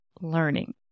learning